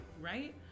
right